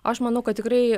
aš manau kad tikrai